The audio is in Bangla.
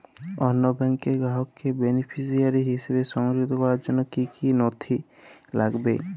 অন্য ব্যাংকের গ্রাহককে বেনিফিসিয়ারি হিসেবে সংযুক্ত করার জন্য কী কী নথি লাগবে?